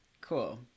Cool